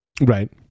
Right